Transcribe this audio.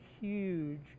huge